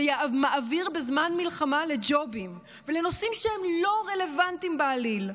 ומעביר בזמן מלחמה לג'ובים ולנושאים שהם לא רלוונטיים בעליל.